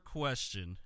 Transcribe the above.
question